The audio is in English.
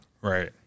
Right